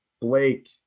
Blake